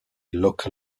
local